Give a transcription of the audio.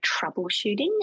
troubleshooting